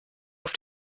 auf